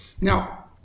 Now